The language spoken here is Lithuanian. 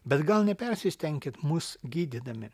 bet gal nepersistenkit mus gydydami